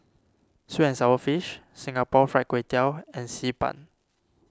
Sweet and Sour Fish Singapore Fried Kway Tiao and Xi Ban